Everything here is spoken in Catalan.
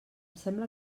sembla